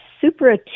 super